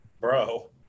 bro